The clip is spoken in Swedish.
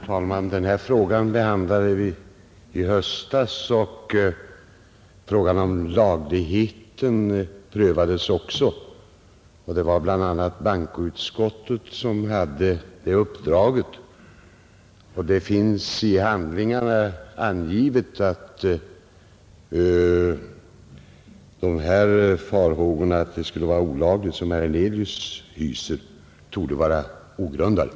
Herr talman! Den här frågan behandlade vi i höstas, varvid även frågan — Fredagen den om lagligheten prövades; det var bl.a. bankoutskottet som hade det 14 maj 1971 uppdraget. Det finns i handlingarna angivet att de farhågor, som herr Hernelius hyser, att det skulle vara olagligt, torde vara ogrundade. Granskning av stats